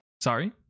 Sorry